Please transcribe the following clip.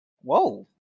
Whoa